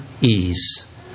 ease